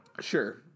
Sure